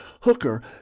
Hooker